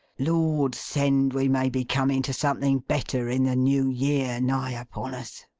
lord send we may be coming to something better in the new year nigh upon us